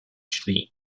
phd